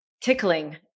Tickling